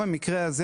ספציפית במקרה הזה,